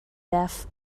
deaf